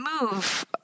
move